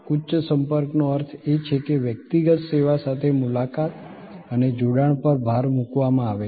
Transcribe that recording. ઉચ્ચ સંપર્કનો અર્થ એ છે કે વ્યક્તિગત સેવા સાથે મુલાકાત અને જોડાણ પર ભાર મૂકવામાં આવે છે